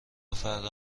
فردا